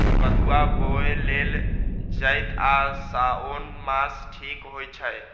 कदुआ बोए लेल चइत आ साओन मास ठीक होई छइ